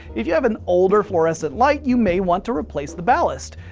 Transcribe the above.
if you have an older fluorescent light, you may want to replace the ballast.